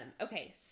Okay